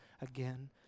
again